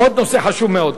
עוד נושא חשוב מאוד.